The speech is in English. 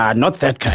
um not that kind!